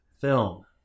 film